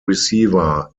receiver